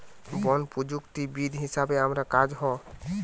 বন প্রযুক্তিবিদ হিসাবে আমার কাজ হ